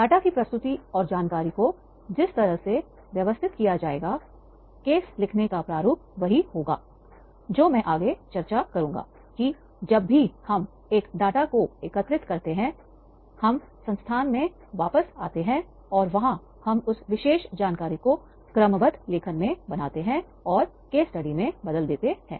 data की प्रस्तुति और जानकारी को जिस तरह से व्यवस्थित किया जाएगा केस लिखने का प्रारूप वही होगा जो मैं आगे चर्चा करूंगा कि जब भी हम एक डाटा को एकत्रित करते हैं हम संस्थान में वापस आते हैं और वहां हम उस विशेष जानकारी को क्रमबद्ध लेखन में बनाते हैं और केस स्टडी में बदल देते हैं